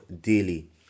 daily